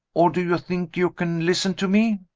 or do you think you can listen to me?